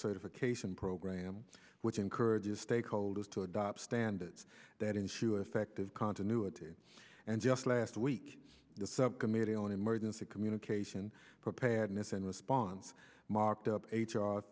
certification program which encourages stakeholders to adopt standards that in shoe effective continuity and last week the subcommittee on emergency communication preparedness and response marked up h